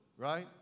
Right